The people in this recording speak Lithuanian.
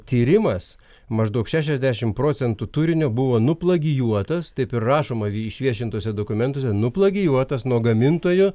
tyrimas maždaug šešiasdešimt procentų turinio buvo nuplagijuotas taip ir rašoma išviešintuose dokumentuose nuplagijuotas nuo gamintojo